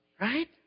Right